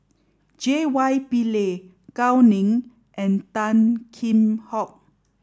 J Y Pillay Gao Ning and Tan Kheam Hock